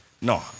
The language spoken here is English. no